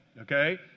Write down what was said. Okay